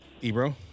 Ebro